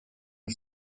auf